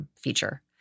feature